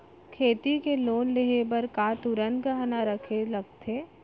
खेती के लोन लेहे बर का तुरंत गहना रखे लगथे?